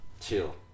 chill